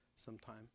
sometime